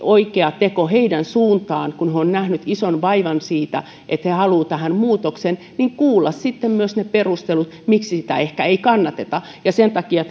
oikea teko näiden kansalaisaloitteiden tekijöiden suuntaan kun he ovat nähneet ison vaivan että he haluavat tähän muutoksen jotta he voisivat myös kuulla ne perustelut miksi sitä ehkä ei kannateta sen takia